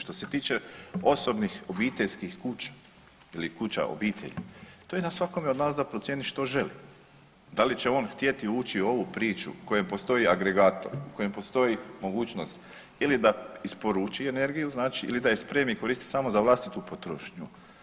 Što se tiče osobnih obiteljskih kuća ili kuća obitelji to je na svakome od nas da procijeni što želi, da li će on htjeti ući u ovu priču u kojoj postoji agregator, u kojoj postoji mogućnost ili da isporuči energiju znači ili da je spremi i koristi samo za vlastitu potrošnju.